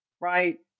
right